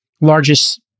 largest